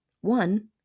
one